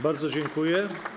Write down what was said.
Bardzo dziękuję.